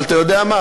אבל אתה יודע מה?